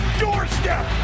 doorstep